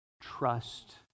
trust